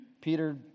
Peter